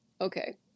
Okay